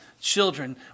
children